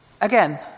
Again